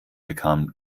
bekam